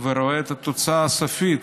ורואה את התוצאה הסופית,